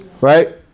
right